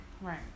Right